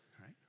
right